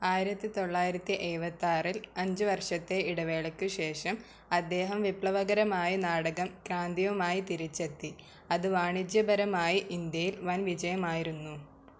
ആയിരത്തി തൊള്ളായിരത്തി എഴുപത്തി ആറിൽ അഞ്ച് വർഷത്തെ ഇടവേളയ്ക്ക് ശേഷം അദ്ദേഹം വിപ്ലവകരമായ നാടകം ക്രാന്തി യുമായി തിരിച്ചെത്തി അത് വാണിജ്യപരമായി ഇൻഡ്യയിൽ വൻ വിജയമായിരുന്നു